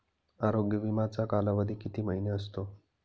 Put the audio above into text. आरोग्य विमाचा कालावधी किती महिने असतो?